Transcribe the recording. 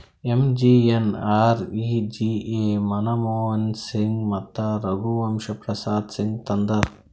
MGNREGA Manmohan Singh ಮತ್ತ ರಘುವಂಶ ಪ್ರಸಾದ್ ಸಿಂಗ್ ತಂದಾರ್